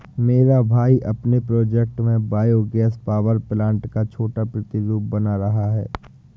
मेरा भाई अपने प्रोजेक्ट में बायो गैस पावर प्लांट का छोटा प्रतिरूप बना रहा है